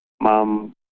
Mom